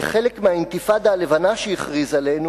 כחלק מהאינתיפאדה הלבנה שהכריז עלינו,